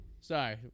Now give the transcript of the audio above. Sorry